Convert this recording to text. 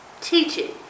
teaching